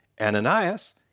Ananias